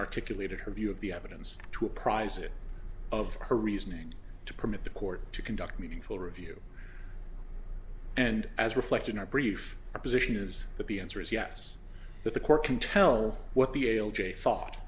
articulated her view of the evidence to apprise it of her reasoning to permit the court to conduct meaningful review and as reflected in our brief our position is that the answer is yes that the court can tell what the ale jay thought